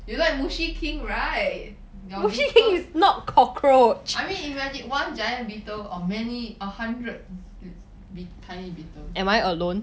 you like Mushiking right your beetle I mean imagine one giant beetle or many a hundred be~ tiny beetles